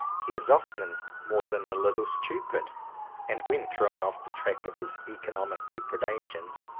he is often more than a little stupid and when thrown off the track of his economic dep redations,